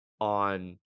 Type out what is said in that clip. on